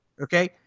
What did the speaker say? Okay